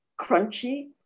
crunchy